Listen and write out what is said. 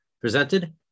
presented